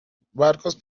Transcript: barcos